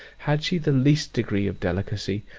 had she the least degree of delicacy,